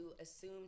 assume